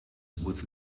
with